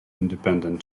independent